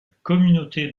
communauté